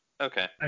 Okay